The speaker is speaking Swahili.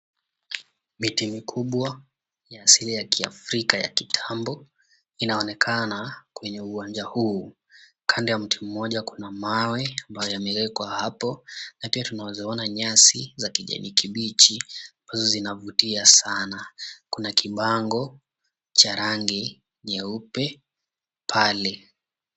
Miti mikubwa ya asili ya kiafrika ya kitambo inaonekana kwenye uwanja huu, kando ya mti mmoja kuna mawe ambayo yameekwa hapo, na pia tunaweza ona nyasi za kijani kibichi ambazo zinavutia sana, kuna kibango cha rangi nyeupe pale.